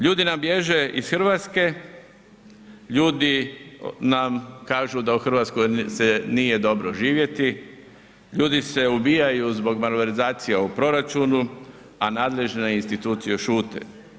Ljudi nam bježe iz Hrvatske, ljudi nam kažu da u Hrvatskoj se nije dobro živjeti, ljudi se ubijaju zbog malverzacija u proračunu, a nadležne institucije šute.